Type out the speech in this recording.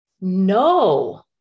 no